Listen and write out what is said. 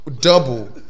Double